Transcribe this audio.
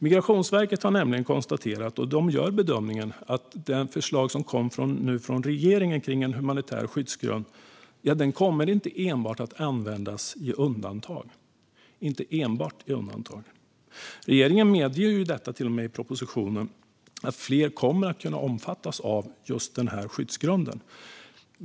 Migrationsverket bedömer nämligen att regeringens förslag till humanitär skyddsgrund inte enbart kommer att användas i undantagsfall. Regeringen medger till och med i propositionen att fler kommer att kunna omfattas av just denna skyddsgrund.